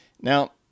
Now